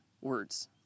words